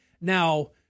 Now